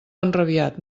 enrabiat